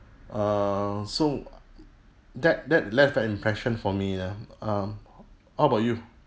err so that that left an impression for me ah um what about you